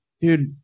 dude